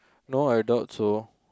no I doubt so